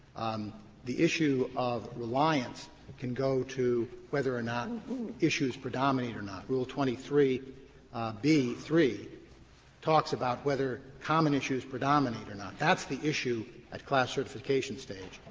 the issue of reliance can go to whether or not and issues predominate or not. rule twenty three b three talks about whether common issues predominate or not. that's the issue at class certification stage.